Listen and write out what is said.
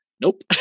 Nope